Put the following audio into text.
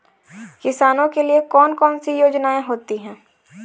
किसानों के लिए कौन कौन सी योजनायें होती हैं?